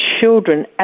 children